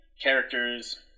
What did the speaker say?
Characters